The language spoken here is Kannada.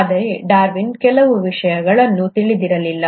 ಆದರೆ ಡಾರ್ವಿನ್ ಕೆಲವು ವಿಷಯಗಳನ್ನು ತಿಳಿದಿರಲಿಲ್ಲ